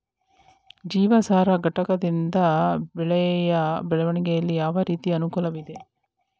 ಜೀವಸಾರ ಘಟಕದಿಂದ ಬೆಳೆಯ ಬೆಳವಣಿಗೆಯಲ್ಲಿ ಯಾವ ರೀತಿಯ ಅನುಕೂಲವಿದೆ?